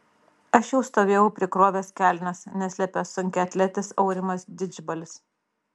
aš jau stovėjau prikrovęs kelnes neslepia sunkiaatletis aurimas didžbalis